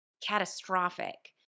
catastrophic